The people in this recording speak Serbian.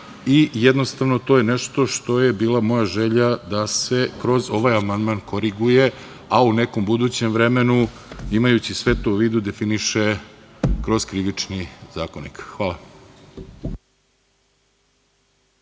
Jednostavno to je nešto što je bila moja želja da se kroz ovaj amandman koriguje, a u nekom budućem vremenu imajući sve to u vidu definiše kroz Krivični zakonik.